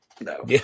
no